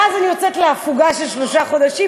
ואז אני יוצאת להפוגה של שלושה חודשים,